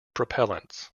propellants